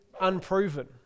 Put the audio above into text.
unproven